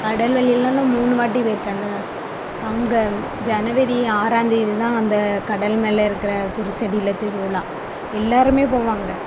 கடல் வெளியிலலாம் மூணு வாட்டி போயிருக்கேன் அந்த அங்கே ஜனவரி ஆறாந்தேதி தான் அந்த கடல் மேலே இருக்கிற குருசடியில திருவிழா எல்லாருமே போவாங்க